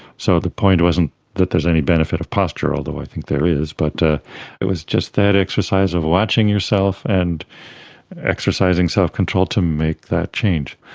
so the point wasn't that there is any benefit of posture, although i think there is, but it was just that exercise of watching yourself and exercising self-control to make that change.